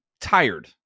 tired